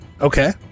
Okay